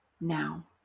now